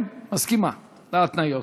כן, מסכימה להתניות.